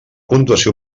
puntuació